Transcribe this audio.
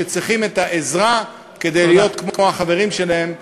שצריכים את העזרה כדי להיות כמו החברים שלהם בלימודים,